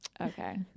Okay